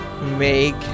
Make